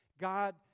God